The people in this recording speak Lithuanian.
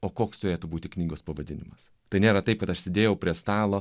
o koks turėtų būti knygos pavadinimas tai nėra taip kad aš sėdėjau prie stalo